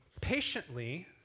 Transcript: patiently